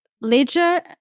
Ledger